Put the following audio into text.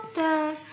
down